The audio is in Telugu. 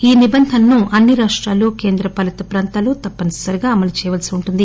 ఈ నిబంధనలు అన్ని రాష్టాలు కేంద్ర పాలీత ప్రాంతాలు తప్పసరి అమలు చేయాల్పి వుంటుంది